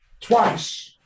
twice